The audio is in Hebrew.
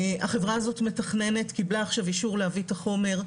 החברה הזו קיבלה עכשיו אישור להביא את החומר,